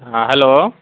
हँ हेलो